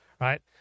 right